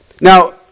Now